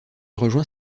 rejoint